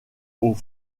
aux